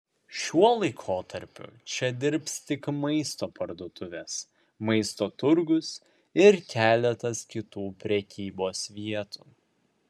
šiuo laikotarpiu čia dirbs tik maisto parduotuvės maisto turgus ir keletas kitų prekybos vietų